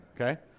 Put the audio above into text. Okay